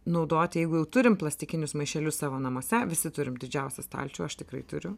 naudoti jeigu jau turim plastikinius maišelius savo namuose visi turim didžiausią stalčių aš tikrai turiu